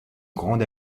grande